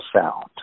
sound